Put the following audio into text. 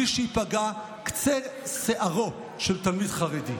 בלי שייפגע קצה שערו של תלמיד חרדי.